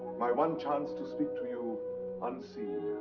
my one chance to speak to you unseen.